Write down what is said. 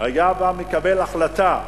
היה בא, מקבל החלטה ואומר: